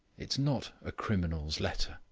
it's not a criminal's letter.